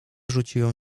rzuciłem